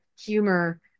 humor